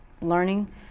learning